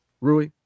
Rui